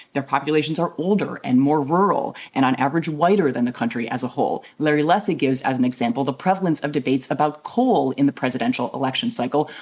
their populations are older and more rural and on average whiter than the country as a whole. larry lessig gives as an example the prevalence of debates about coal in the presidential election cycle,